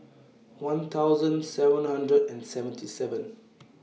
one thousand seven hundred and seventy seven